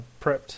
prepped